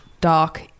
dark